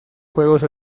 juegos